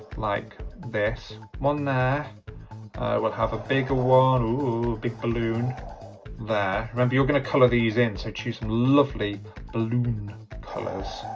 like this one, there i will have a bigger one oh big balloon there, remember you're going to color these in so choose some lovely balloon colors